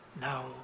now